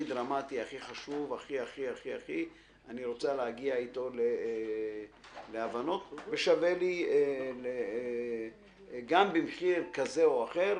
דרמטי והכי חשוב וששווה לה להגיע איתו להבנות גם במחיר כזה או אחר.